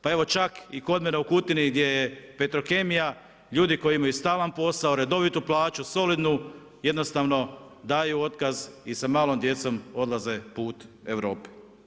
Pa evo čak i kod mene u Kutini gdje je Petrokemija, ljudi koji imaju stalan posao, redovitu plaću, solidnu jednostavno daju otkaz i sa malom djecom odlaze put Europe.